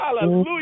hallelujah